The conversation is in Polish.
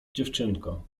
dziewczynko